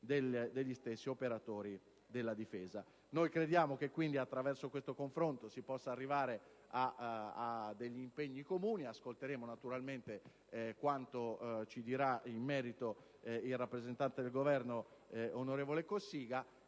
degli stessi operatori della Difesa. Crediamo che attraverso questo confronto si possa arrivare ad impegni comuni. Ovviamente ascolteremo quanto ci dirà in merito il rappresentante del Governo, onorevole Cossiga,